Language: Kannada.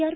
ಆರ್